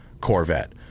Corvette